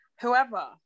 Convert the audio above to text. whoever